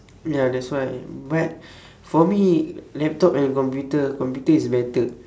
ya that's why but for me laptop and computer computer is better